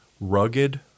rugged